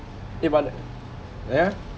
yeah